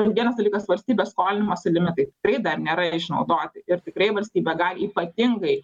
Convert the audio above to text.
vienas dalykas valstybės skolinimosi limitai tikrai dar nėra išnaudoti ir tikrai valstybė gali ypatingai